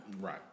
Right